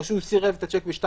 או שהוא סירב את השיק ב-14:00,